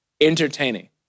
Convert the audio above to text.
entertaining